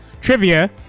Trivia